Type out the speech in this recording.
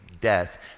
death